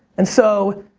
and so,